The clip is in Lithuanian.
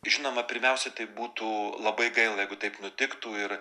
žinoma pirmiausia tai būtų labai gaila jeigu taip nutiktų ir